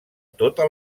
tota